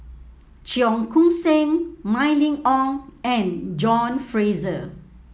Cheong Koon Seng Mylene Ong and John Fraser